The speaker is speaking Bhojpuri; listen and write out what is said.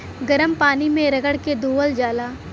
गरम पानी मे रगड़ के धोअल जाला